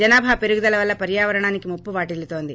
జనాభా పెరుగుదల వలన పర్యావరణానికి ముప్పు వాటిల్లుతోంది